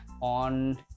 on